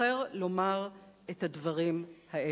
בוחר לומר את הדברים האלה: